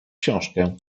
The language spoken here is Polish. książkę